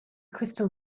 crystal